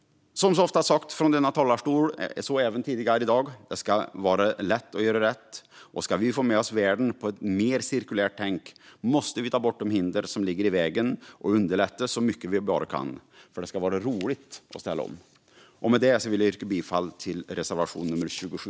Som så ofta sagts från denna talarstol, även tidigare i dag, ska det vara lätt att göra rätt. Och om vi ska få med oss världen på ett mer cirkulärt tänk måste vi ta bort de hinder som ligger i vägen och underlätta så mycket vi bara kan, för det ska vara roligt att ställa om. Med detta yrkar jag bifall till reservation 27.